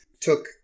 took